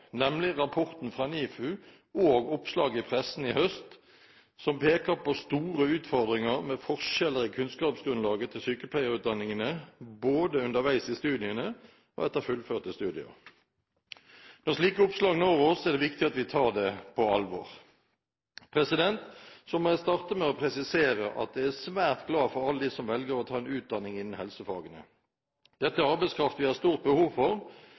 nemlig rapporten fra NIFU og oppslag i pressen i høst som peker på store utfordringer med forskjeller i kunnskapsgrunnlaget til sykepleierstudentene både underveis i studiene og etter fullførte studier. Når slike oppslag når oss, er det viktig at vi tar det på alvor. Jeg må starte med å presisere at jeg er svært glad for alle dem som velger å ta en utdanning innen helsefagene. Dette er arbeidskraft vi har stort behov for,